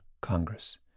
Congress